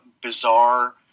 bizarre